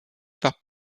par